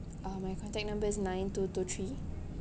uh my contact number is nine two two three